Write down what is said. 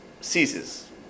ceases